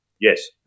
Yes